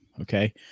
Okay